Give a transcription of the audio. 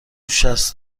شصت